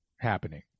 happening